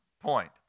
point